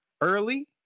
early